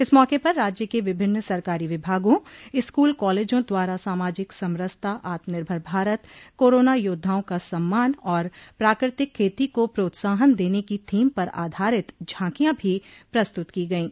इस मौके पर राज्य के विभिन्न सरकारी विभागों स्कूल कालेजों द्वारा सामाजिक समरसता आत्मनिर्भर भारत कोरोना योद्धाओं का सम्मान और प्राकृतिक खती को प्रोत्साहन देने की थीम पर आधारित झांकियां भी प्रस्तुत की गयीं